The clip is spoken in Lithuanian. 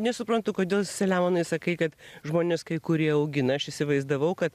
nesuprantu kodėl selemonai sakai kad žmonės kai kurie augina aš įsivaizdavau kad